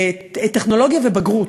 טכנולוגיה ובגרות,